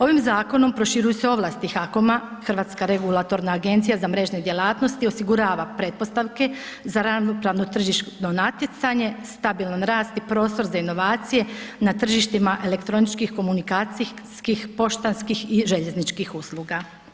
Ovim zakonom proširuju se ovlasti HAKOM-a Hrvatska regulatorna agencija za mrežne djelatnosti osigurava pretpostavke za ravnopravno tržišno natjecanje, stabilan rast i prostor za inovacije na tržištima elektroničkih komunikacijskih poštanskih i željezničkih usluga.